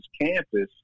campus